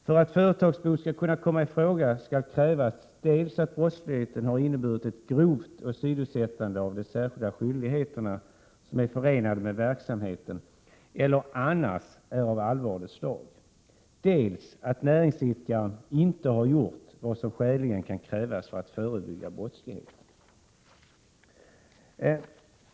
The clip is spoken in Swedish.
För att företagsbot skall kunna komma i fråga krävs dels att brottsligheten har inneburit ett grovt åsidosättande av de särskilda skyldigheter som är förenade med verksamheten eller annars är av allvarligt slag, dels att näringsidkaren inte gjort vad som skäligen kunnat krävas för att förebygga brottslighet.